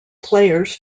players